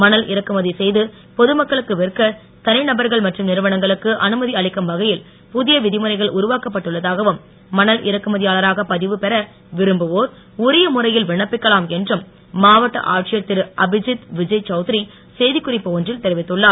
மணல் இறக்குமதி செய்து பொது மக்களுக்கு விற்க தனிநபர்கள் மற்றும் நிறுவனங்களுக்கு அனுமதி அளிக்கும் வகையில் புதிய விதிமுறைகள் உருவாக்கப்பட்டுள்ள தாகவும் மணல் இறக்குமதியாள ராக பதிவு பெற விரும்புவோர் உரிய முறையில் விண்ணப்பிக்கலாம் என்றும் மாவட்ட ஆட்சியர் திரு அபிஜித் விஜய் சௌத்ரி செய்திக்குறிப்பு ஒன்றில் தெரிவித்துள்ளார்